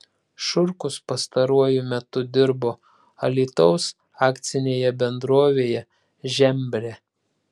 šurkus pastaruoju metu dirbo alytaus akcinėje bendrovėje žembrė